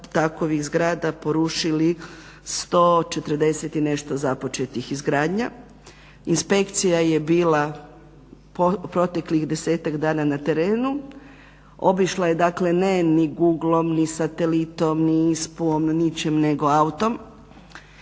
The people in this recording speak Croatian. takvih zgrada porušili 140 i nešto započetih izgradnji. Inspekcija je bila proteklih 10-tak dana na terenu, obišla je dakle ne ni Googleom ni satelitom ni ISPU-om, ničim nego autom,